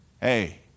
Hey